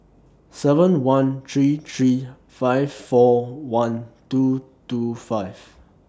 seven one three three five four one two two five